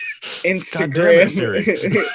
Instagram